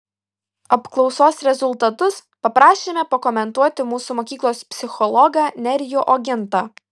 apklausos rezultatus paprašėme pakomentuoti mūsų mokyklos psichologą nerijų ogintą